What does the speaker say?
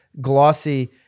glossy